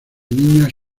niñas